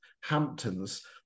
Hamptons